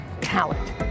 talent